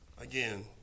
again